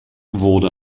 wurde